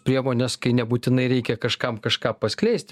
priemones kai nebūtinai reikia kažkam kažką paskleist